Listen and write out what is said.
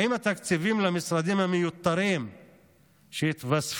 האם התקציבים למשרדים המיותרים שהתווספו